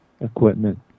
equipment